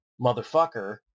motherfucker